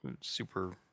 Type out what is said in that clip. Super